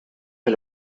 que